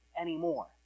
anymore